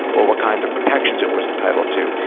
or what kind of protections it was entitled to.